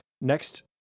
Next